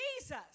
Jesus